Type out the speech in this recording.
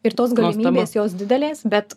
ir tos galimybės jos didelės bet